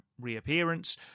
reappearance